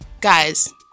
guys